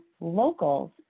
locals